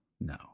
no